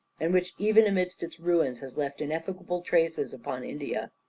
and which even amidst its ruins has left ineffaceable traces upon india.